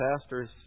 pastors